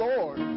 Lord